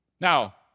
Now